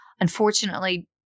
unfortunately